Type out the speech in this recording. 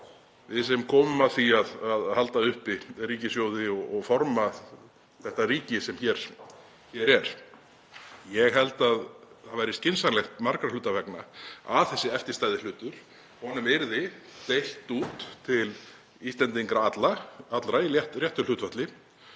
við sem komum að því að halda uppi ríkissjóði og forma þetta ríki sem hér er. Ég held að það væri skynsamlegt margra hluta vegna að þessum eftirstæða hlut yrði deilt út til Íslendinga allra í réttu hlutfalli.